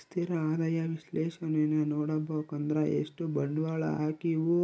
ಸ್ಥಿರ ಆದಾಯ ವಿಶ್ಲೇಷಣೇನಾ ನೋಡುಬಕಂದ್ರ ಎಷ್ಟು ಬಂಡ್ವಾಳ ಹಾಕೀವೋ